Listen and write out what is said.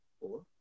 Four